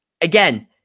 Again